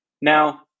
Now